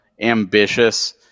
ambitious